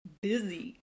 busy